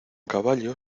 caballo